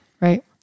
Right